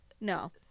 no